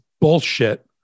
bullshit